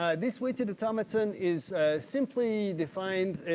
ah this weighted automaton is simply defined,